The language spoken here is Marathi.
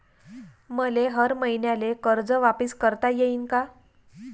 मले हर मईन्याले कर्ज वापिस करता येईन का?